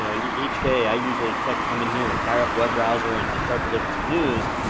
you know each day, i usually expect to come in here and fire up a web browser, and and start to look at some news.